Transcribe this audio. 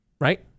right